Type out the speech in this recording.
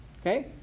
Okay